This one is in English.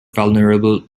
vulnerable